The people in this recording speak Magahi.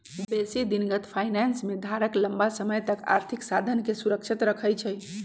बेशी दिनगत फाइनेंस में धारक लम्मा समय तक आर्थिक साधनके सुरक्षित रखइ छइ